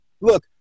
look